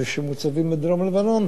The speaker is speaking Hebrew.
שמוצבים בדרום-לבנון,